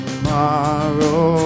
tomorrow